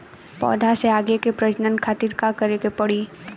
पौधा से आगे के प्रजनन खातिर का करे के पड़ी?